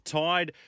tied